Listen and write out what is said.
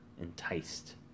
enticed